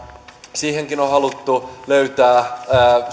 siihenkin ongelmaan on haluttu löytää